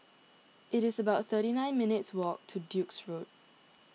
it is about thirty nine minutes' walk to Duke's Road